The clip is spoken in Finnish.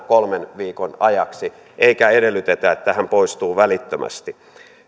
kolmen viikon ajaksi eikä edellytetä että hän poistuu välittömästi